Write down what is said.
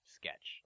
sketch